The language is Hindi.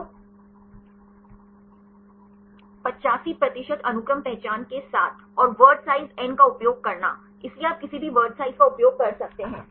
तो 85 प्रतिशत अनुक्रम पहचान के साथ और वर्ड साइज n का उपयोग करना इसलिए आप किसी भी वर्ड साइज का उपयोग कर सकते हैं